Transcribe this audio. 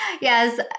Yes